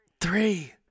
Three